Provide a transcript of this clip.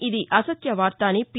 ఇది అసత్య వార్త అని పి